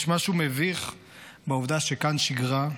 יש משהו מביך בעובדה שכאן שגרה,